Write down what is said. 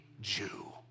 Jew